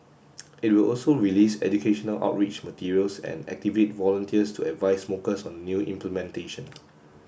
it will also release educational outreach materials and activate volunteers to advise smokers on the new implementation